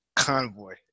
convoy